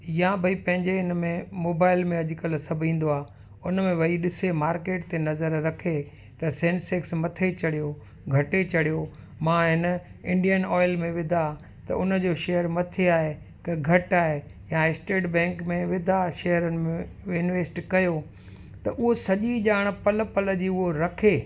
या भई पंहिंजे हिन में मोबाइल में अॼु कल्ह सभु ईंदो आहे उन में वही ॾिसे मार्केट ते नज़र रखे त सेंसेक्स मथे चढ़ियो घटे चढ़ियो मां इन इंडियन ऑइल में विधा त उन जो शेयर मथे आहे कि घटि आहे या स्टेट बैंक में विधा शेयरनि में इंवेस्ट कयो त उहो सॼी ॼाण पल पल जी उहो रखे